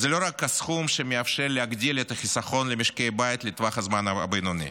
לא רק שהסכום מאפשר להגדיל את החיסכון למשקי הבית לטווח הזמן הבינוני,